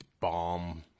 bomb